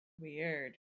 Weird